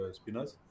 spinners